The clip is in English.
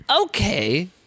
okay